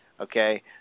okay